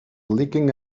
leaking